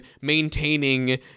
maintaining